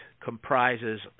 comprises